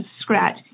scratch